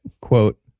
Quote